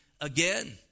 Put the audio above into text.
again